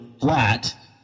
flat